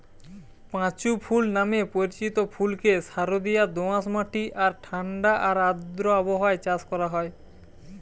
পাঁচু ফুল নামে পরিচিত ফুলকে সারদিয়া দোআঁশ মাটি আর ঠাণ্ডা আর আর্দ্র আবহাওয়ায় চাষ করা হয়